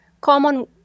common